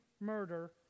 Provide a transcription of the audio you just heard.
murder